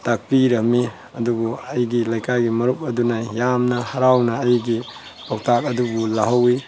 ꯇꯥꯛꯄꯤꯔꯝꯃꯤ ꯑꯗꯨꯕꯨ ꯑꯩꯒꯤ ꯂꯩꯀꯥꯏꯒꯤ ꯃꯔꯨꯞ ꯑꯗꯨꯅ ꯌꯥꯝꯅ ꯍꯔꯥꯎꯅ ꯑꯩꯒꯤ ꯄꯥꯎꯇꯥꯛ ꯑꯗꯨꯕꯨ ꯂꯧꯍꯧꯋꯤ